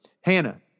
Hannah